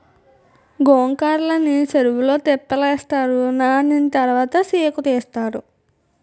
గొంకర్రలని సెరువులో తెప్పలేస్తారు నానిన తరవాత సేకుతీస్తారు